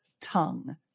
tongue